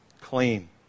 clean